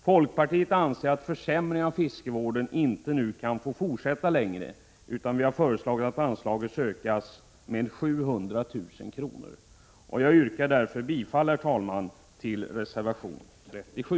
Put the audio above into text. Folkpartiet anser att försämringen av fiskevården nu inte kan få fortsätta längre, utan vi har föreslagit att anslaget ökas med 700 000 kr. Jag yrkar därför, herr talman, bifall till reservation 37.